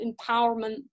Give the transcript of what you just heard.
empowerment